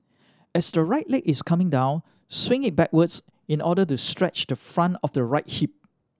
as the right leg is coming down swing it backwards in order to stretch the front of the right hip